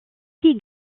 qui